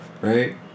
right